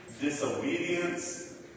disobedience